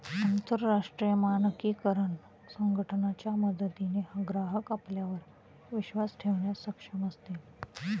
अंतरराष्ट्रीय मानकीकरण संघटना च्या मदतीने ग्राहक आपल्यावर विश्वास ठेवण्यास सक्षम असतील